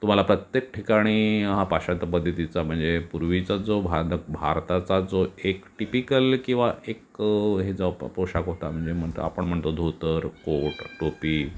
तुम्हाला प्रत्येक ठिकाणी पाश्चात्त्य पद्धतीचा म्हणजे पूर्वीचा जो भाद भारताचा जो एक टिपिकल किंवा एक हेच आप पोशाख होता म्हणजे म्हणतो आपण म्हणतो धोतर कोट टोपी